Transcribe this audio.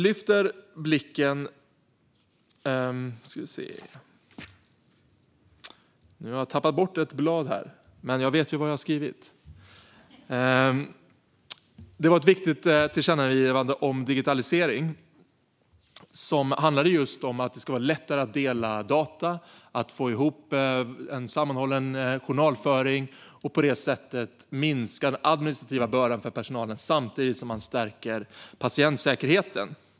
Det handlade om att det skulle vara lättare att dela data och få ihop en sammanhållen journalföring för att på det sättet minska den administrativa bördan för personalen samtidigt som man stärker patientsäkerheten.